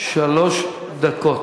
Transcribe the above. שלוש דקות.